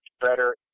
better